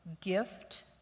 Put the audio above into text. gift